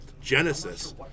Genesis